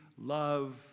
love